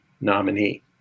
nominee